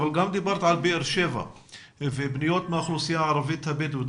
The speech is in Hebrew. אבל גם דיברת על באר שבע ופניות מהאוכלוסייה הערבית הבדואית,